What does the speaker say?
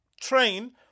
train